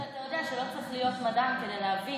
האמת שאתה יודע שלא צריך להיות מדען כדי להבין